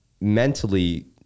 mentally